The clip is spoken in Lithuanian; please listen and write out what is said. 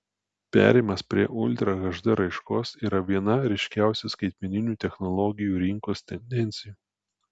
perėjimas prie ultra hd raiškos yra viena ryškiausių skaitmeninių technologijų rinkos tendencijų